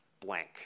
blank